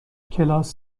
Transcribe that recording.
کلاس